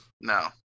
No